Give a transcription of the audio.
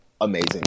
amazing